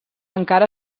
encara